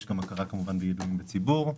יש גם הכרה כמובן בידועים בציבור,